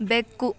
ಬೆಕ್ಕು